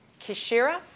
Kishira